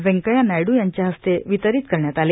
वैंकय्या नायड् याद्वया हस्ते वितरित करण्यात आले